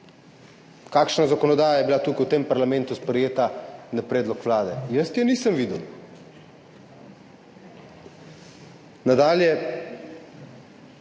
Kakšna zakonodaja je bila tukaj v tem parlamentu sprejeta na predlog Vlade? Jaz je nisem videl. Nadalje.